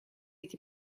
эти